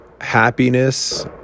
happiness